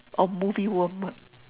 oh movie worm ah